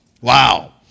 Wow